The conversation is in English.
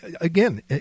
Again